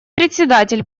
председатель